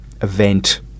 event